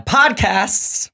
podcasts